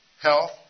health